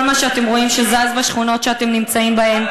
כל מה שאתם רואים שזז בשכונות שאתם נמצאים בהן,